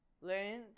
learn